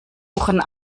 buchen